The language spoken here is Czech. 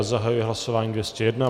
Zahajuji hlasování 201.